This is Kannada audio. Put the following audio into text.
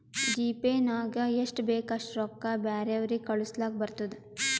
ಜಿಪೇ ನಾಗ್ ಎಷ್ಟ ಬೇಕ್ ಅಷ್ಟ ರೊಕ್ಕಾ ಬ್ಯಾರೆವ್ರಿಗ್ ಕಳುಸ್ಲಾಕ್ ಬರ್ತುದ್